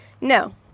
no